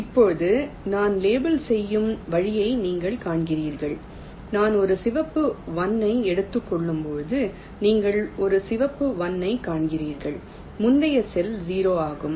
இப்போது நான் லேபிள் செய்யும் வழியை நீங்கள் காண்கிறீர்கள் நான் ஒரு சிவப்பு 1 ஐ எதிர்கொள்ளும்போது நீங்கள் ஒரு சிவப்பு 1 ஐக் காண்கிறீர்கள் முந்தைய செல் 0 ஆகும்